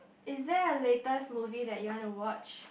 is there a latest movie that you want to watch